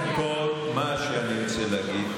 מאיר, אי-אפשר לשמוע רק,